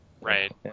right